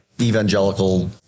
evangelical